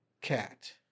Cat